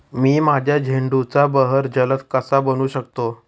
मी माझ्या झेंडूचा बहर जलद कसा बनवू शकतो?